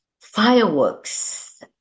fireworks